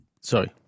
sorry